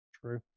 True